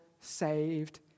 saved